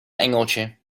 engeltje